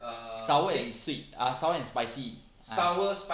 sour and sweet ah sour and spicy ah